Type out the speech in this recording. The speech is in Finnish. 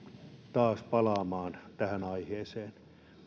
taas palaamaan tähän aiheeseen